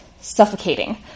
suffocating